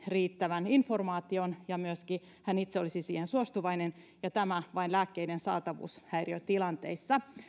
riittävän informaation ja myöskin hän itse olisi siihen suostuvainen ja tämä vain lääkkeiden saatavuushäiriötilanteissa